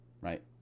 right